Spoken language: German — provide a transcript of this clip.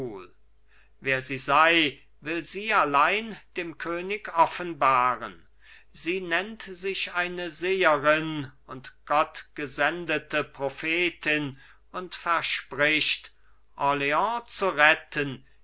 wer sie sei will sie allein dem könig offenbaren sie nennt sich eine seherin und gottgesendete prophetin und verspricht orleans zu retten